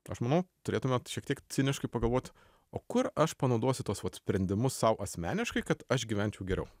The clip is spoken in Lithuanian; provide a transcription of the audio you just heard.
aš manau turėtume šiek tiek ciniškai pagalvot o kur aš panaudosiu tuos sprendimus sau asmeniškai kad aš gyvenčiau geriau